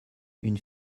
une